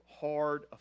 hard